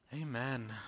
Amen